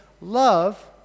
love